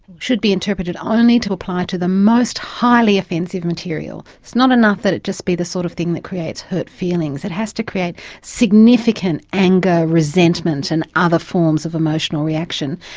should be interpreted only to apply to the most highly offensive material. it's not enough that it just be the sort of thing that creates hurt feelings, it has to create significant anger, resentment and other forms of emotional reaction.